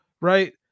right